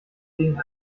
gegen